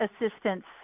assistance